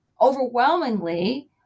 overwhelmingly